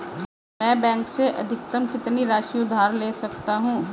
मैं बैंक से अधिकतम कितनी राशि उधार ले सकता हूँ?